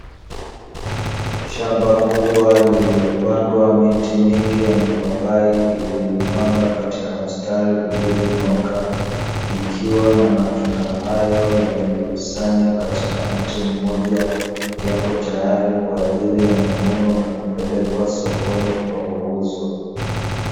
Shamba kubwa lililopandwa miti mingi ya mipapai, iliyojipanga katika mstari ulionyooka, ikiwa na matunda hayo yamejikusanya katika mti mmoja, yapo tayari kwa ajili ya mavuno na kupelekwa sokoni kwa kuuzwa.